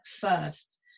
first